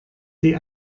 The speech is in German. die